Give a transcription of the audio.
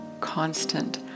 constant